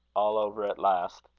all over at last.